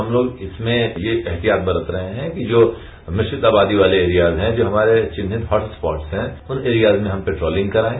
हम लोग उसमें ये एहतियात बरत रहे हैं जो मिश्रित आबादी वाले एरिया हैं जो हमारे चिन्हित हर्ट्स स्पॉट हैं उन एरियाज में हम लोग पेट्रोलिंग कराएं